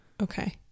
Okay